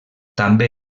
també